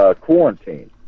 quarantine